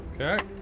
okay